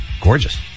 Gorgeous